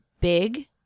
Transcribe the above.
big